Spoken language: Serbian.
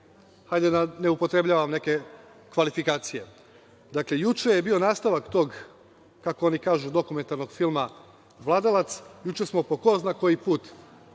hajde da ne upotrebljavam neke kvalifikacije. Dakle, juče je bio nastavak, kako oni kažu dokumentarnog filma „Vladalac“. Juče smo po ko zna koji put